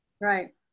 Right